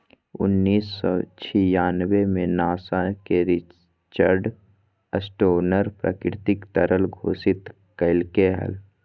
उन्नीस सौ छियानबे में नासा के रिचर्ड स्टोनर प्राकृतिक तरल घोषित कइलके हल